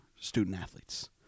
student-athletes